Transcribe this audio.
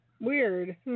Weird